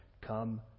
come